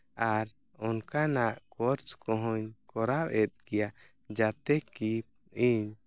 ᱟᱨ ᱚᱱᱠᱟᱱᱟᱜ ᱠᱳᱨᱥ ᱠᱚᱦᱚᱸᱧ ᱠᱚᱨᱟᱣᱮᱫ ᱜᱮᱭᱟ ᱡᱟᱛᱮ ᱠᱤ ᱤᱧ